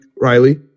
Riley